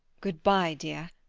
good-bye, dear.